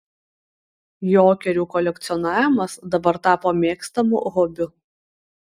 jokerių kolekcionavimas dabar tapo mėgstamu hobiu